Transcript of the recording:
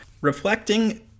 Reflecting